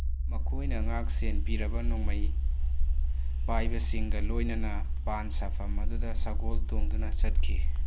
ꯃꯈꯣꯏꯅ ꯉꯥꯛ ꯁꯦꯟ ꯄꯤꯔꯕ ꯅꯣꯡꯃꯩ ꯄꯥꯏꯕꯁꯤꯡꯒ ꯂꯣꯏꯅꯅ ꯄꯥꯟ ꯁꯥꯐꯝ ꯑꯗꯨꯗ ꯁꯒꯣꯜ ꯇꯣꯡꯗꯨꯅ ꯆꯠꯈꯤ